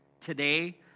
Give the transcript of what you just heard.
today